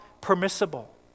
permissible